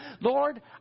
Lord